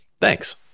Thanks